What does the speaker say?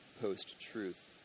post-truth